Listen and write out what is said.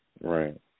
Right